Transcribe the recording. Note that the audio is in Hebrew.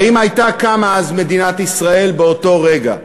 האם הייתה קמה מדינת ישראל באותו רגע?